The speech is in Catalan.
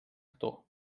actor